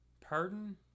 Pardon